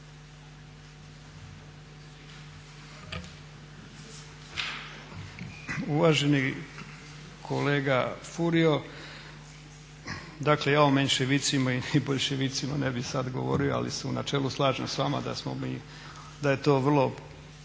Uvaženi kolega Furio, dakle ja o menševicima i boljševicima ne bih sad govorio, ali se u načelima slažem s vama da je to vrlo